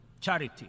charity